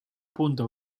punta